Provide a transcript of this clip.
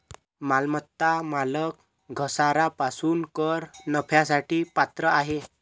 मालमत्ता मालक घसारा पासून कर नफ्यासाठी पात्र आहे